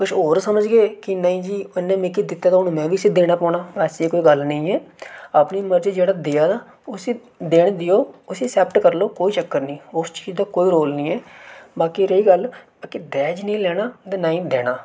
किश होर समझगे कि नेईं ही उ'न्नै मिकी दित्ता ते हून में बी इसी देना पौना ऐसी कोई गल्ल नेईं ऐ अपनी मर्जी जेह्ड़ा देआ दा उसी देने देओ उसी अक्सैप्ट करी लैओ कोई चक्कर निं उस चीज दा कोई रोल निं ऐ बाकी रेही गल्ल बाकी दाज निं लैना ते नां ई देना